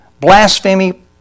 blasphemy